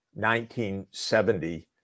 1970